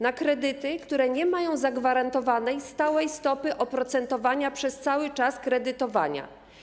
Na kredyty, które nie mają zagwarantowanej stałej stopy oprocentowania przez cały czas kredytowania.